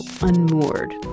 unmoored